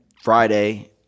Friday